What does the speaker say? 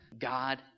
God